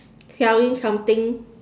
selling something